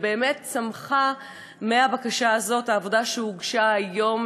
ובאמת צמחה מהבקשה הזאת העבודה שהוגשה היום